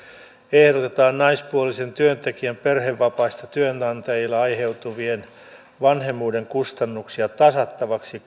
ehdotetaan naispuolisen työntekijän perhevapaista työnantajille aiheutuvia vanhemmuuden kustannuksia tasattavaksi